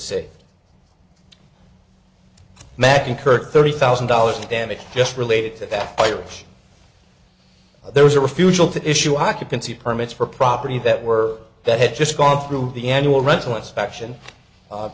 saved matt incurred thirty thousand dollars in damage just related to that iris there was a refusal to issue occupancy permits for property that were that had just gone through the annual rental inspection